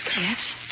Yes